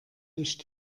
licht